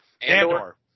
Andor